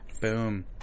Boom